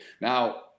Now